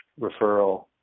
referral